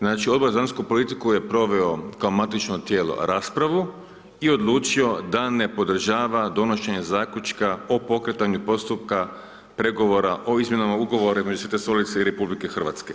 Znači, Odbor za vanjsku politiku je proveo kao matično tijelo, raspravu i odlučio da ne podržava donošenje zaključka o pokretanju postupka pregovora o izmjenama, ugovorima i Svete Stolice i RH.